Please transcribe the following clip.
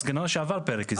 אז כנראה שעבר פרק הזמן.